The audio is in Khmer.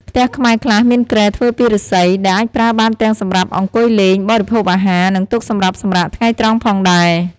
ផ្ទះខ្មែរខ្លះមានគ្រែធ្វើពីឫស្សី ដែលអាចប្រើបានទាំងសម្រាប់អង្កុយលេង បរិភោគអាហារ និងទុកសម្រាប់សម្រាកថ្ងៃត្រង់ផងដែរ។